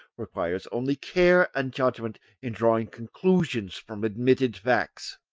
requires only care and judgment in drawing conclusions from admitted facts.